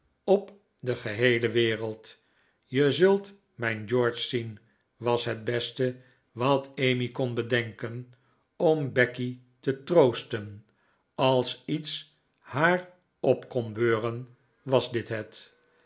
op de geheele wereld je zult mijn george zien was het beste wat emmy kon bedenken om becky te troosten als iets haar op kon beuren was dit het